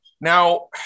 Now